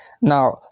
Now